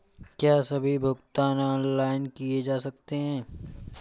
क्या सभी भुगतान ऑनलाइन किए जा सकते हैं?